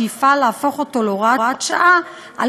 השאיפה היא להפוך אותו להוראת שעה על